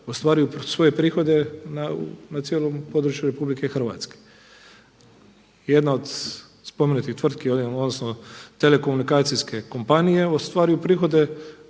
ostvaruju svoje prihode na cijelom području Republike Hrvatske. Jedna od spomenutih tvrtki … odnosno telekomunikacijske kompanije ostvaruju prihode